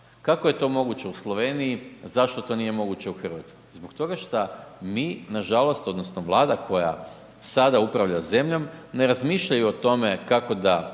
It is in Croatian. Kako je to moguće u Sloveniji, a zašto to nije moguće u Hrvatskoj? Zbog toga što mi nažalost, odnosno Vlada koja sada upravlja zemljom ne razmišljaju o tome kako da